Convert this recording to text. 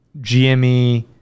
GME